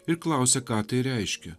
ir klausia ką tai reiškia